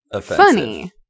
funny